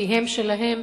מפיהם שלהם,